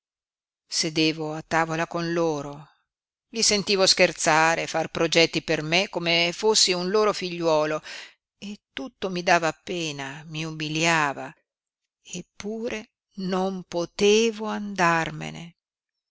sedevo a tavola con loro li sentivo scherzare far progetti per me come fossi un loro figliuolo e tutto mi dava pena mi umiliava eppure non potevo andarmene